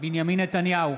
בנימין נתניהו,